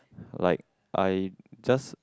like I just